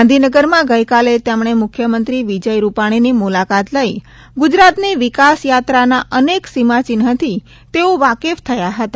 ગાંધીનગરમાં ગઈકાલે તેમણે મુખ્યમંત્રી વિજય રૂપાણીની મુલાકાત લઈ ગુજરાતની વિકાસ યાત્રાના અનેક સિમાચિહ્નથી તેઓ વાકેફ થયા હતા